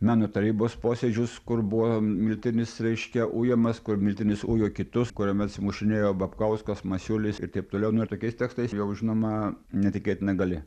meno tarybos posėdžius kur buvo miltinis reiškia ujamas kur miltinis ujo kitus kuriame atsimušinėjo babkauskas masiulis ir taip toliau nu ir tokiais tekstais jau žinoma netikėt negali